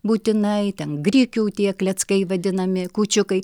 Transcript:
būtinai ten grikių tie kleckai vadinami kūčiukai